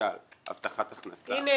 למשל הבטחת הכנסה --- הנה,